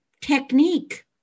technique